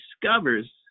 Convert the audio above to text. discovers